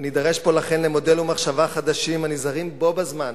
ולכן נידרש פה למודל ומחשבה חדשים הנזהרים בו בזמן,